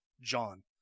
John